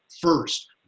first